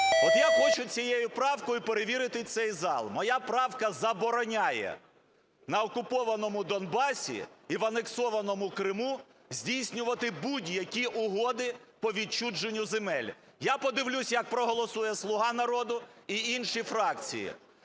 От я хочу цією правкою перевірити цей зал. Моя правка забороняє на окупованому Донбасі і в анексованому Криму здійснювати будь-які угоди по відчуженню земель. Я подивлюся, як проголосує "Слуга народу" і інші фракції.